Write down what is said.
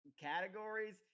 categories